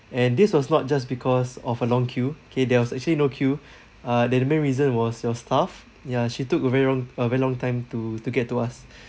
and this was not just because of a long queue K there was actually no queue uh that the main reason was your staff ya she took very long a very long time to to get to us